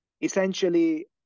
essentially